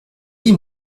dis